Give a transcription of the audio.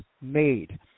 made